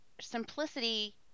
Simplicity